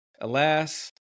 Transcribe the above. alas